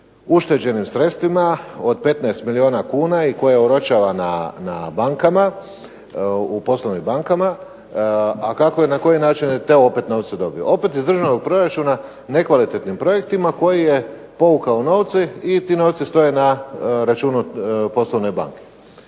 ušteđenim sredstvima od 15 milijuna kuna i koje oročava na bankama u poslovnim bankama, a kako je i na koji način te novce opet dobio. Opet iz državnog proračuna nekvalitetnim projektima koji je povukao novce i ti novci stoje na računu poslovne banke.